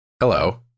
hello